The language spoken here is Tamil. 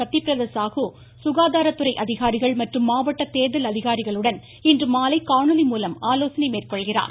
சத்தியபிரத சாகு சுகாதாரத்துறை அதிகாரிகள் மற்றும் மாவட்ட தேர்தல் அதிகாரிகளுடன் இன்றுமாலை காணொலி மூலம் ஆலோசனை மேற்கொள்கிறார்